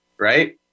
Right